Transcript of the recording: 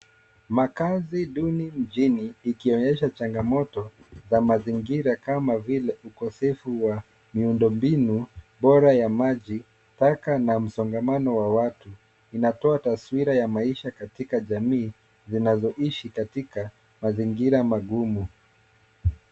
Makazi duni mjini, ikionyesha changamoto za mazingira, kama vile, ukosefu wa miundo mbinu bora ya maji, taka, na msongamano wa watu. Inatoa taswira ya maisha katika jamii, zinazoishi katika mazingira magumu.